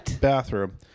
bathroom